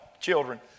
children